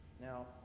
Now